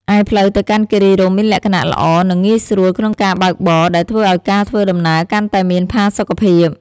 ឯផ្លូវទៅកាន់គិរីរម្យមានលក្ខណៈល្អ និងងាយស្រួលក្នុងការបើកបរ ដែលធ្វើឲ្យការធ្វើដំណើរកាន់តែមានផាសុកភាព។